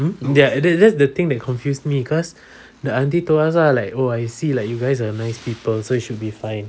mm ya it is the thing that confuse me cause the auntie told us like oh I see you guys are nice people so it should be fine